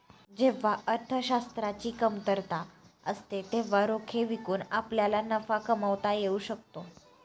जेव्हा अर्थशास्त्राची कमतरता असते तेव्हा रोखे विकून आपल्याला नफा कमावता येऊ शकतो